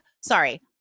sorry